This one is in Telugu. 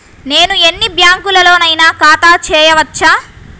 నేను ఎన్ని బ్యాంకులలోనైనా ఖాతా చేయవచ్చా?